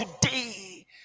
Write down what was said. today